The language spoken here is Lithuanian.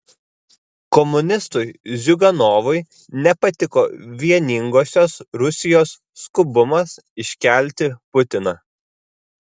komunistui ziuganovui nepatiko vieningosios rusijos skubumas iškelti putiną